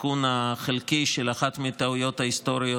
והתיקון החלקי של אחת מהטעויות ההיסטוריות